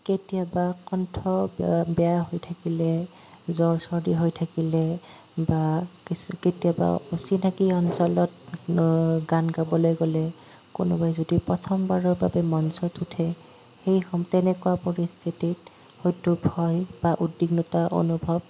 কেতিয়াবা কণ্ঠ বে বেয়া হৈ থাকিলে জ্বৰ চৰ্দি হৈ থাকিলে বা কিছু কেতিয়াবা অচিনাকী অঞ্চলত গান গাবলৈ গ'লে কোনোবাই যদি প্ৰথমবাৰৰ বাবে মঞ্চত উঠে সেই সম তেনেকুৱা পৰিস্থিতিত উদ্বেগ হয় বা উদ্বিগ্নতা অনুভৱ